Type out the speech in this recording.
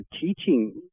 teaching